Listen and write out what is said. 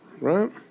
Right